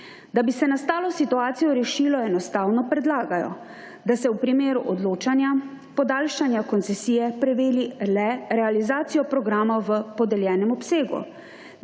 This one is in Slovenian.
Da bi se nastalo situacijo rešilo enostavno predlagajo, da se v primeru odločanja, podaljšanja koncesije preveri le realizacijo programa v podeljenem obsegu,